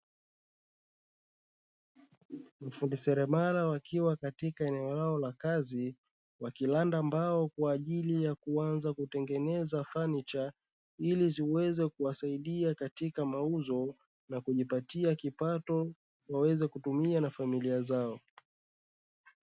Mafundi seremala wakiwa katika eneo lao la kazi wakiranda mbao kwa ajili ya kuanza kutengeneza fanicha, ili ziweze kuwasaidia katika mauzo na kujipatia kipato waweze kutumia na familia zao.